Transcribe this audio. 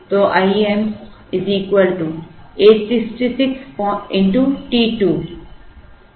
तो Im 866 t 2 है